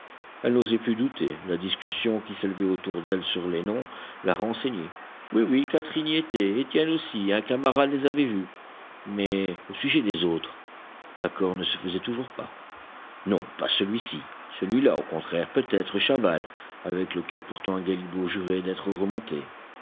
elle n'osait plus douter la discussion qui s'élevait autour d'elle sur les noms la renseignait oui oui catherine y était étienne aussi un camarade les avait vus mais au sujet des autres l'accord ne se faisait toujours pas non pas celui-ci celui-là au contraire peut-être chaval avec lequel pourtant un galibot jurait d'être remonté